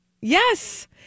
Yes